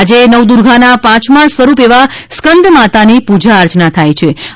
આજે નવદુર્ગાના પાંચમાં સ્વરૂપ એવા સ્કંદ માતાની પૂજા અર્ચના થાયછે